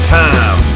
time